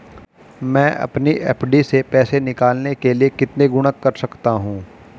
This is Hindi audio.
मैं अपनी एफ.डी से पैसे निकालने के लिए कितने गुणक कर सकता हूँ?